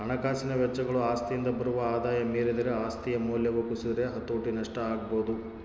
ಹಣಕಾಸಿನ ವೆಚ್ಚಗಳು ಆಸ್ತಿಯಿಂದ ಬರುವ ಆದಾಯ ಮೀರಿದರೆ ಆಸ್ತಿಯ ಮೌಲ್ಯವು ಕುಸಿದರೆ ಹತೋಟಿ ನಷ್ಟ ಆಗಬೊದು